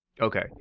Okay